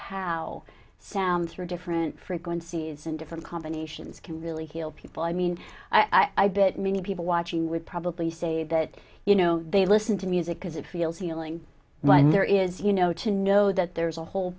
how sound through different frequencies and different combinations can really kill people i mean i bet many people watching would probably say that you know they listen to music because it feels healing when there is you know to know that there's a whole